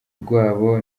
rwabo